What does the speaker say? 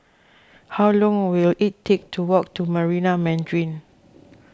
how long will it take to walk to Marina Mandarin